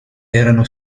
erano